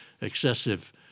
excessive